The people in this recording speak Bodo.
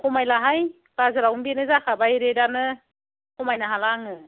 खमायलाहाय बाजारावनो बेनो जाखाबाय रेदआनो खमायनो हाला आङो